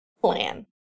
plan